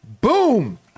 Boom